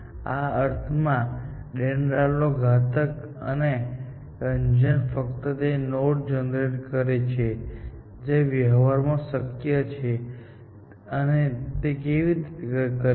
આ અર્થમાં ડેન્ડ્રલનો ઘટક આ કન્જેન ફક્ત તે નોડ જનરેટ કરે છે જે વ્યવહારમાં શક્ય છે અને તે કેવી રીતે કરે છે